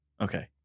Okay